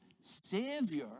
Savior